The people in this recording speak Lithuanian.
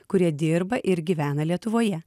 kurie dirba ir gyvena lietuvoje